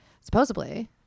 Supposedly